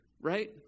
right